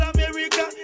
America